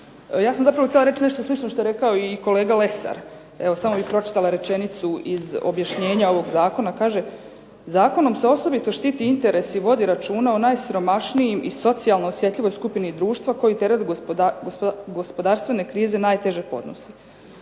Ja sam zapravo htjela reći nešto slično što je rekao i kolega Lesar. Evo samo bih pročitala rečenicu iz objašnjenja ovog zakona, kaže: zakonom se osobito štiti interes i vodi računa o najsiromašnijim i socijalno osjetljivoj skupini društva koji teret gospodarstvene krize najteže podnosi.